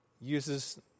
uses